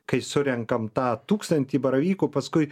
kai surenkam tą tūkstantį baravykų paskui